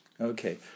Okay